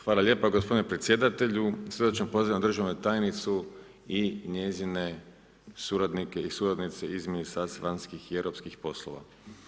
Hvala lijepo gospodine predsjedatelju, srdačno pozdravljam državnu tajnicu i njezine suradnike i suradnice iz Ministarstva vanjskih i europskih poslova.